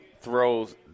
throws